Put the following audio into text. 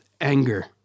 anger